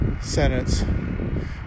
sentence